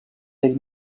bell